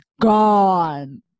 gone